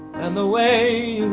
and the way you